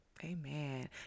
Amen